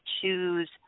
choose